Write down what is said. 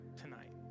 tonight